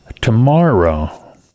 tomorrow